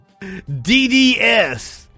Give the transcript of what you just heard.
DDS